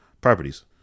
properties